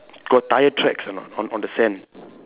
got tyre tracks or not on on the sand